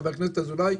חבר הכנסת אזולאי,